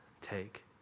take